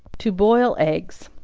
to boil eggs.